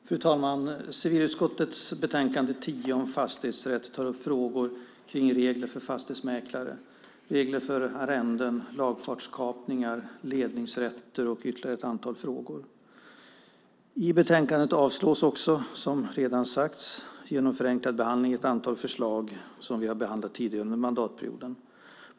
Fru talman! Civilutskottets betänkande 10 om fastighetsrätt tar upp frågor om regler för fastighetsmäklare, arrenden, lagfartskapningar, ledningsrätter och ytterligare ett antal frågor. I betänkandet avstyrks också, som redan har sagts, genom förenklad behandling ett antal förslag som vi har behandlat tidigare under mandatperioden.